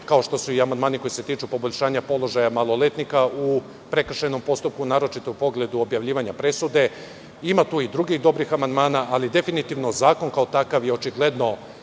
kao što su i amandmani koji se tiču poboljšanja položaja maloletnika u prekršajnom postupku, naročito u pogledu objavljivanja presude. Ima tu i drugih dobrih amandmana, ali, definitivno, zakon kao takav je očigledno